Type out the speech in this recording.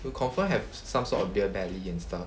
will confirm have some sort of beer belly and stuff